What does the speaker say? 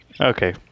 Okay